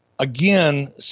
Again